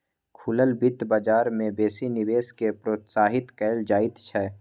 खुलल बित्त बजार मे बेसी निवेश केँ प्रोत्साहित कयल जाइत छै